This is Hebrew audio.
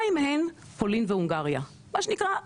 שתיים מהן, פולין והונגריה, מה שנקרא אינפורמציה.